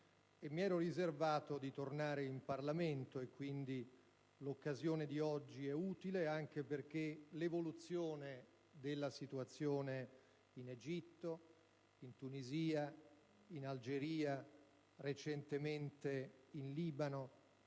mi ero riservato di tornare in Parlamento: quindi, l'occasione di oggi è utile, anche perché l'evoluzione della situazione in Egitto, in Tunisia, in Algeria e, recentemente, in Libano